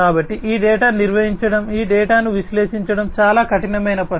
కాబట్టి ఈ డేటాను నిర్వహించడం ఈ డేటాను విశ్లేషించడం చాలా కఠినమైన పని